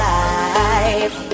life